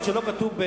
אתה הבאת את זה לפה.